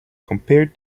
compared